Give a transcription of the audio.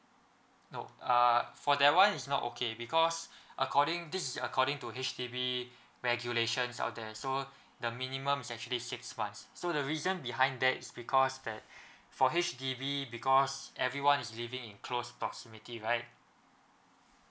no uh for that one is not okay because according this is according to H_D_B regulations out there so the minimum is actually six months so the reason behind that is because that for H_D_B because everyone is living in close proximity right